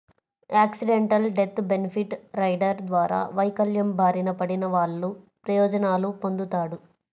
accidental death benefit rider ద్వారా వైకల్యం బారిన పడినవాళ్ళు ప్రయోజనాలు పొందుతాడు